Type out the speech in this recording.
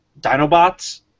Dinobots